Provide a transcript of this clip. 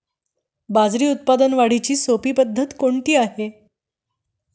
बाजरी उत्पादन वाढीची सोपी पद्धत कोणती आहे?